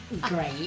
Great